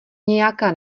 nějaká